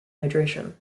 hydration